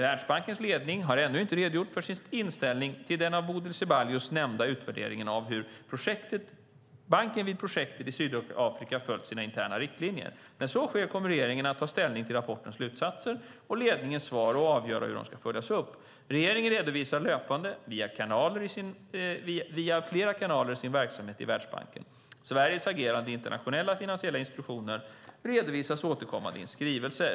Världsbankens ledning har ännu inte redogjort för sin inställning till den av Bodil Ceballos nämnda utvärderingen av om banken vid projektet i Sydafrika följt sina interna riktlinjer. När så sker kommer regeringen att ta ställning till rapportens slutsatser och ledningens svar och avgöra hur de ska följas upp. Regeringen redovisar löpande, via flera kanaler, sin verksamhet i Världsbanken. Sveriges agerande i internationella finansiella institutioner redovisas återkommande i en skrivelse.